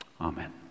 Amen